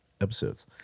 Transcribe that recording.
episodes